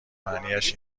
معنیاش